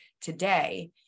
today